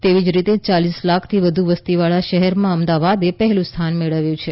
તેવી જ રીતે યાલીસ લાખથી વધુ વસ્તી વાળા શહેરમાં અમદાવાદે પહેલું સ્થાન મેળવ્યું છે